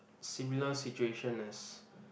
similar situation as